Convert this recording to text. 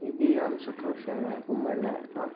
इहे बि जाम सुठो शहर आहे घुमण लाइक़ु आहे